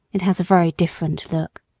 it has a very different look.